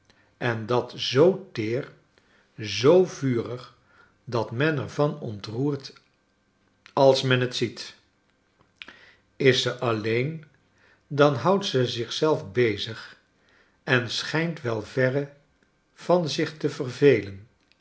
en dat zoo teer zoo vurig dat men er van ontroert als men t ziet is ze alleen dan houdt ze zich bezig en schijnt wel verre van zich te vervelen